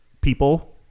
people